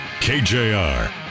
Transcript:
KJR